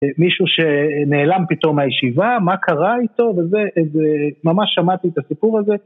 מישהו שנעלם פתאום מהישיבה, מה קרה איתו, וזה, ממש שמעתי את הסיפור הזה.